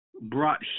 brought